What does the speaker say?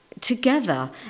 together